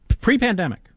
Pre-pandemic